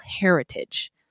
heritage